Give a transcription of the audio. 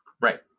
Right